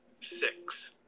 six